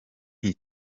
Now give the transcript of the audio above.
nti